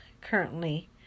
currently